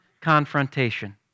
Confrontation